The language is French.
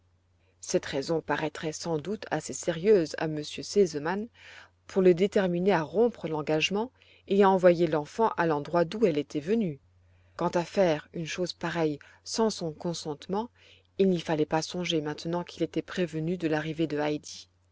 cette raison paraîtrait sans doute assez sérieuse à m r sesemann pour le déterminer à rompre l'engagement et à renvoyer l'enfant à l'endroit d'où elle était venue quant à faire une chose pareille sans son consentement il n'y fallait pas songer maintenant qu'il était prévenu de l'arrivée de heidi